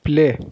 play